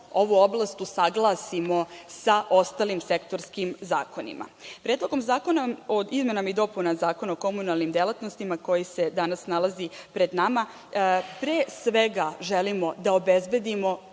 ovu oblast usaglasimo sa ostalim sektorskim zakonima. Predlogom zakona o izmenama i dopunama Zakona o komunalnim delatnostima koji se danas nalazi pred nama, pre svega, želimo da obezbedimo